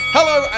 Hello